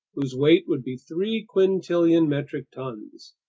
whose weight would be three quintillion metric tons.